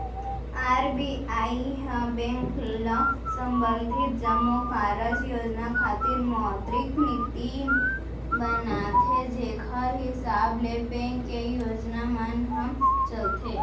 RBI ह bank ल संबंधित जम्मो कारज योजना खातिर मौद्रिक नीति बनाथे जेखर हिसाब ले बेंक के योजना मन ह चलथे